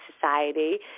society